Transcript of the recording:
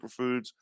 superfoods